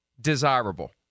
desirable